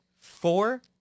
four